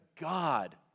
God